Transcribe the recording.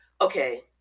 Okay